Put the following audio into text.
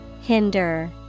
Hinder